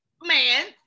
man